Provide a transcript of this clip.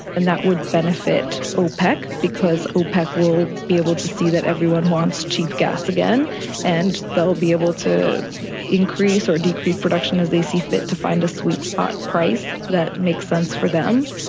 and that would benefit opec because opec will be able to see that everyone wants cheap gas again and they will be able to increase or decrease production as they see fit to find a sweet spot price that makes sense for them.